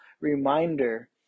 reminder